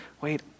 Wait